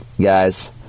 guys